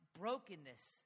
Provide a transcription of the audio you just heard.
brokenness